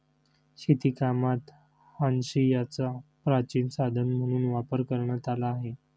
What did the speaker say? शेतीकामात हांशियाचा प्राचीन साधन म्हणून वापर करण्यात आला आहे